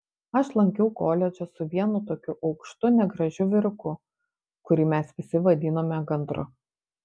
aš lankiau koledžą su vienu tokiu aukštu negražiu vyruku kurį mes visi vadinome gandru